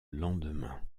lendemain